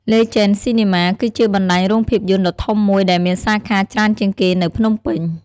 លេជេន ស៊ីនីម៉ា គឺជាបណ្ដាញរោងភាពយន្តដ៏ធំមួយដែលមានសាខាច្រើនជាងគេនៅភ្នំពេញ។